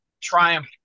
Triumph